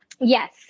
Yes